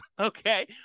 okay